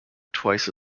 twice